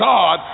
God